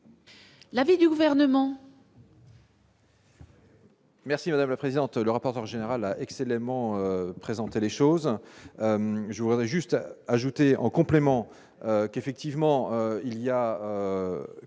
L'avis du gouvernement.